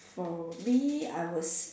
for me I was